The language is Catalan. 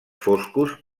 foscos